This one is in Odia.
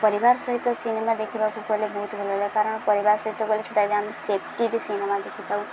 ପରିବାର ସହିତ ସିନେମା ଦେଖିବାକୁ ଗଲେ ବହୁତ ଭଲ ଲାଗେ କାରଣ ପରିବାର ସହିତ ଗଲେ ସେଟା ଆମେ ସେଫ୍ଟିରେ ସିନେମା ଦେଖିଥାଉ